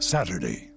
Saturday